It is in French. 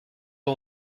ans